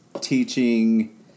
teaching